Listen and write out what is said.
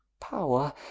power